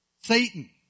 Satan